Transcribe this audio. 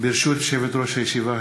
ברשות יושבת-ראש הישיבה,